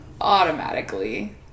automatically